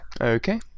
Okay